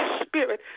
spirit